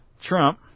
Trump